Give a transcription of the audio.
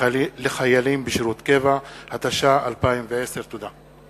לחיילים בשירות קבע), התש"ע 2010. תודה.